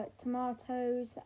tomatoes